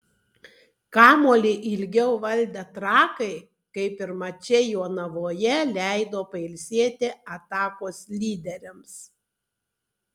kamuolį ilgiau valdę trakai kaip ir mače jonavoje leido pailsėti atakos lyderiams